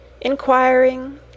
inquiring